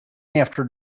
after